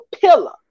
pillar